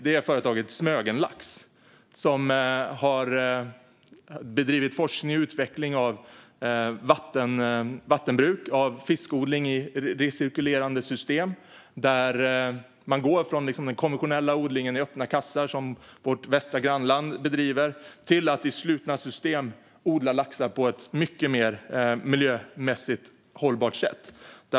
Det är företaget Smögenlax, som har bedrivit forskning och utveckling av vattenbruk och fiskodling i recirkulerande system där man går från den konventionella odlingen i öppna kassar - som vårt västra grannland bedriver - till att i slutna system odla lax på ett mycket mer miljömässigt hållbart sätt.